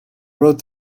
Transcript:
rode